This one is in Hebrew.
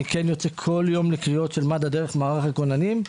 אני כן יוצא כל יום לקריאות של מד"א דרך מערך הכוננים,